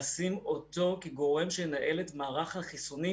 לשים אותו כגורם שינהל את המערך החיסוני,